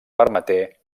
permeté